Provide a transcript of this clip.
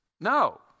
No